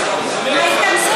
הייתי,